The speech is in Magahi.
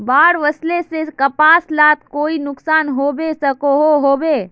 बाढ़ वस्ले से कपास लात कोई नुकसान होबे सकोहो होबे?